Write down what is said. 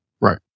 right